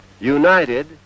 United